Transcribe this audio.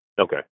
Okay